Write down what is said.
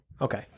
Okay